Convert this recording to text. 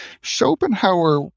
Schopenhauer